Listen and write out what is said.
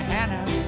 Hannah